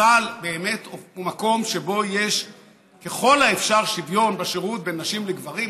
צה"ל באמת הוא מקום שבו יש ככל האפשר שוויון בשירות בין נשים לגברים,